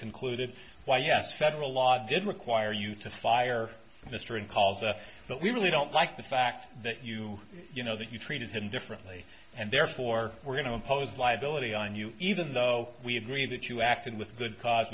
concluded why yes federal law did require you to fire mr and called but we really don't like the fact that you you know that you treated him differently and therefore we're going to impose liability on you even though we agreed that you acted with good cause